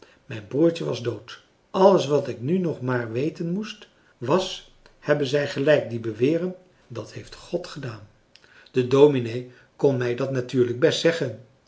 mijn broertje was dood alles wat ik nu nog maar weten moest was hebben zij gelijk die beweren dat heeft god gedaan de dominee kon mij dat natuurlijk best zeggen